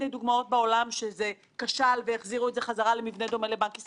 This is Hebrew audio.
כי זאת נקודה מרכזית מאוד שעברה כחוט השני לאורך כל הדיון.